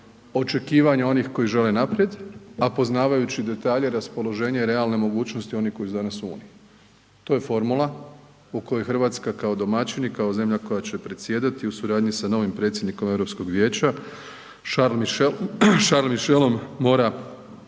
očekivanja onih koji žele naprijed a poznavajući detalje, raspoloženje i realne mogućnosti onih koji su danas u Uniji. To je formula u kojoj Hrvatska kao domaćin i kao zemlja koja će predsjedati u suradnji sa novim predsjednikom Europskog vijeća Charles Michelom, mora